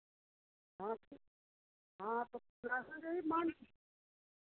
हाँ तो हाँ हाँ तो मान के